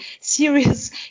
serious